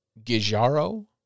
Gijaro